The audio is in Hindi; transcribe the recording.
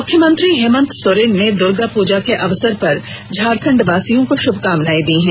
मुख्यमंत्री हेमंत सोरेन ने दुर्गा पूजा के अवसर पर झारखंडवासियों को शुभकामनाएं दी है